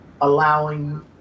allowing